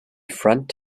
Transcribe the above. front